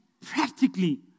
practically